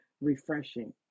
refreshing